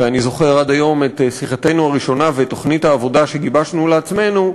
אני זוכר עד היום את שיחתנו הראשונה ואת תוכנית העבודה שגיבשנו לעצמנו.